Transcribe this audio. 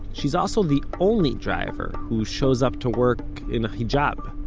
she's also the only driver who shows up to work in a hijab